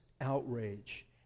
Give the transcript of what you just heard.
outrage